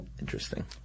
Interesting